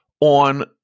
on